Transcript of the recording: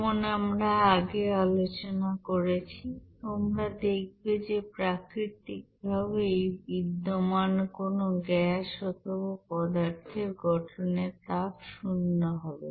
যেমন আমরা আগে আলোচনা করেছি তোমরা দেখবে যে প্রাকৃতিক ভাবে বিদ্যমান কোন গ্যাস অথবা পদার্থের গঠনের তাপ শূন্য হবে